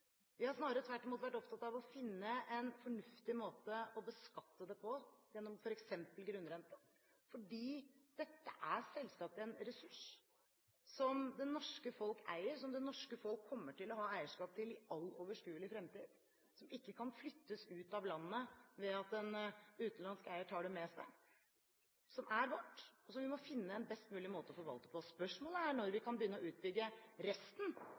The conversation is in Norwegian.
Vi har snarere tvert imot vært opptatt av å finne en fornuftig måte å beskatte det på – gjennom f. eks. grunnrenten – fordi dette er selvsagt en ressurs som det norske folk eier, som det norske folk kommer til å ha eierskap til i all overskuelig fremtid, som ikke kan flyttes ut av landet ved at en utenlandsk eier tar det med seg, som er vårt, og som vi må finne en best mulig måte å forvalte på. Spørsmålet er når vi kan begynne å utbygge resten